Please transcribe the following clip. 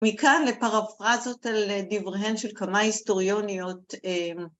מכאן לפרפרזות על דבריהן של כמה היסטוריוניות